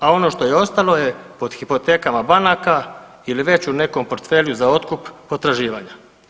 A ono što je ostalo je pod hipotekama banaka ili već u nekom portfelju za otkup potraživanja.